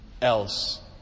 else